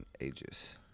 ages